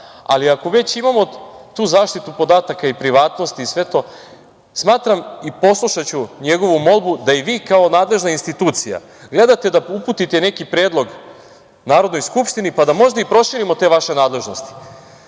ali ako već imamo tu zaštitu podataka i privatnosti i sve to, smatram i poslušaću njegovu molbu, da i vi kao nadležna institucija gledate da uputite neki predlog Narodnoj skupštini, pa da možda i proširimo te vaše nadležnosti,